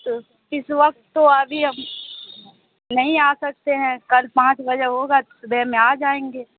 تو اِس وقت تو ابھی ہم نہیں آ سکتے ہیں کل پانچ بجے ہوگا تو صُبح میں آ جائیں گے